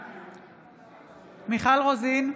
בעד מיכל רוזין,